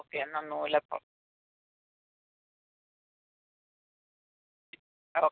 okay എന്നാൽ നൂലപ്പം okay